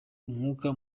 umwuka